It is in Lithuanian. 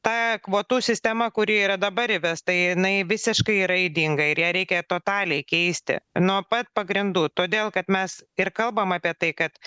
ta kvotų sistema kuri yra dabar įvesta jinai visiškai yra ydinga ir ją reikia totaliai keisti nuo pat pagrindų todėl kad mes ir kalbam apie tai kad